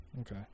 Okay